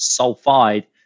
sulfide